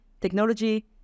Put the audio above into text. technology